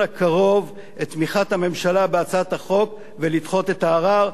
הקרוב את תמיכת הממשלה בהצעת החוק ולדחות את הערר.